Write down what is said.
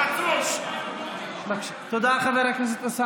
מה ההבדל?